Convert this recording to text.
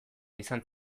izan